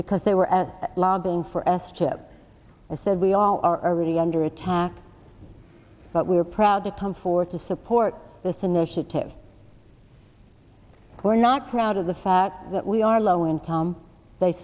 because they were lobbying for s chip i said we all are really under attack but we're proud to come forth to support this initiative we're not proud of the fact that we are low income they